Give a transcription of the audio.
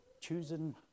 choosing